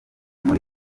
muri